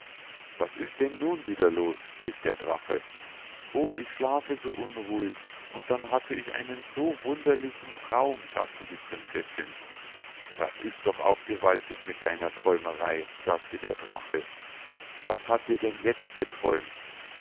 was ist denn nun wieder los rief der drache o ich schlafe so unruhig und dann hatte ich einen so wunderlichen traum sagte die prinzessinn das ist doch auch gewaltig mit deiner träumerei sagte der drache was hat dir denn jetzt geträumt